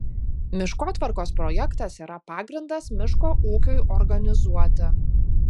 miškotvarkos projektas yra pagrindas miško ūkiui organizuoti